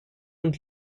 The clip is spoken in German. und